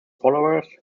followers